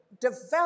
develop